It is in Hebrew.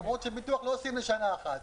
למרות שביטוח לא עושים לשנה אחת,